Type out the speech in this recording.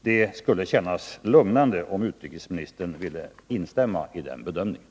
Det skulle kännas lugnande om utrikesministern ville instämma i den bedömningen.